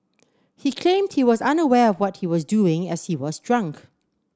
he claimed he was unaware of what he was doing as he was drunk